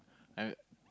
I